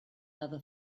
other